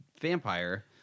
vampire